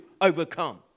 overcome